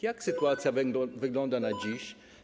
Jak sytuacja wygląda na dziś?